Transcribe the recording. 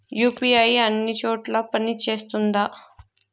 UPI అన్ని చోట్ల పని సేస్తుందా?